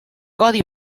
codi